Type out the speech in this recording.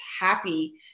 happy